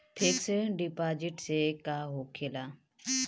Fix deposit से का होखे ला?